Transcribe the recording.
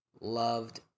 loved